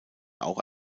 auch